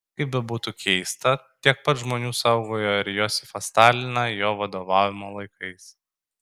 kaip bebūtų keista tiek pat žmonių saugojo ir josifą staliną jo vadovavimo laikais